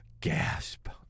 gasp